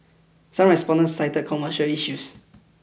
some respondent cited commercial issues